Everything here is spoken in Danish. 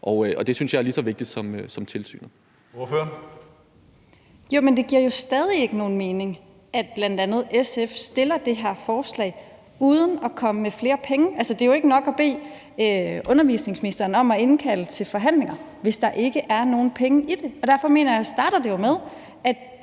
Kl. 15:05 Lotte Rod (RV): Det giver jo stadig ikke nogen mening, at bl.a. SF fremsætter det her forslag uden at komme med flere penge. Det er jo ikke nok at bede undervisningsministeren om at indkalde til forhandlinger, hvis der ikke er nogen penge i det, og derfor mener jeg, at